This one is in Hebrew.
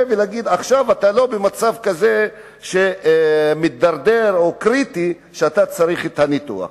ולומר: עכשיו אתה לא במצב מידרדר או קריטי שאתה צריך את הניתוח.